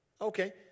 Okay